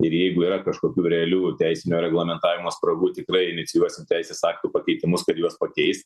ir jeigu yra kažkokių realių teisinio reglamentavimo spragų tikrai inicijuosim teisės aktų pakeitimus kad juos pakeist